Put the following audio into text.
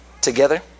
together